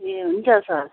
ए हुन्छ सर